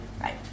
right